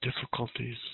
difficulties